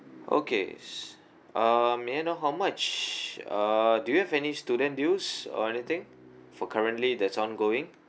okay uh may I know how much uh do you have any student deals or anything for currently that's ongoing